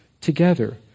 together